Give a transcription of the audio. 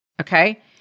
okay